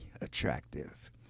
attractive